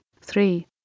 three